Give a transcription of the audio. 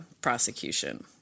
prosecution